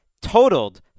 totaled